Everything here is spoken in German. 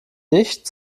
nicht